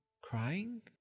crying